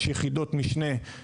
יש יחידות משנה,